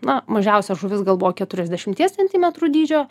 na mažiausia žuvis gal buvo keturiasdešimties centimetrų dydžio